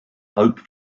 hope